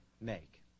make